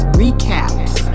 recaps